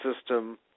system